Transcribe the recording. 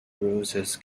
roses